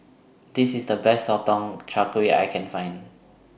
This IS The Best Sotong Char Kway I Can Find